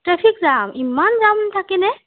traffic jam ইমান jam থাকেনে